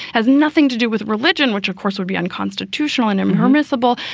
has nothing to do with religion, which, of course, would be unconstitutional and impermissible.